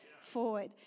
forward